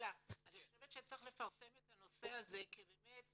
חושבת שצריך לפרסם את הנושא הזה כי באמת,